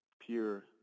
pure